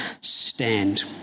stand